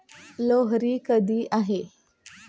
लोहरी कधी आहे?